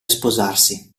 sposarsi